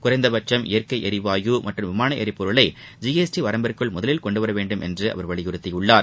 குறைந்தபட்சும் இயற்கை எரிவாயு மற்றும் விமான எரிபொருளை ஜிஎஸ்டி வரம்பிற்குள் முதலில் கொண்டுவரவேண்டும் என்று அவர் வலியுறுத்தியுள்ளார்